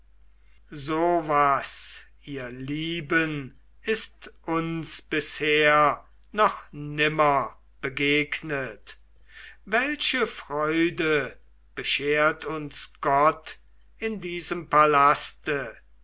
so was ihr lieben ist uns bisher noch nimmer begegnet welche freude beschert uns gott in diesem palaste